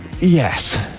Yes